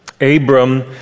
Abram